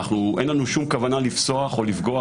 אין לנו שום כוונה לפסוח או לפגוע,